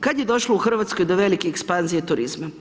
Kad je došlo u Hrvatskoj do velike ekspanzije turizma?